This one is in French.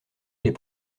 les